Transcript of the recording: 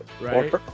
Right